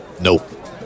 nope